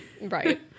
right